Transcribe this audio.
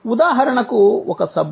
ఉదాహరణకు ఒక సబ్బు